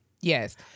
Yes